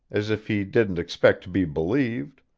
as if he didn't expect to be believed